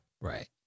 Right